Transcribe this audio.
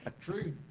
True